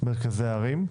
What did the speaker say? מרכזי הערים.